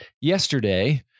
Yesterday